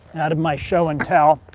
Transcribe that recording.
out of my show and tell.